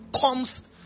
comes